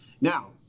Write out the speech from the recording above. now